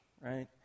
right